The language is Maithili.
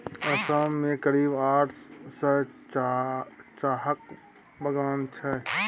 असम मे करीब आठ सय चाहक बगान छै